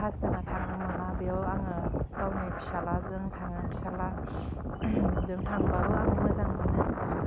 हासबेन्डआ थांनो मोना बेयाव आङो गावनि फिसालाजों थाङो फिसाला जों थाबाबो आं मोजां मोनो